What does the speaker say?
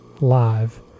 live